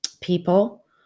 people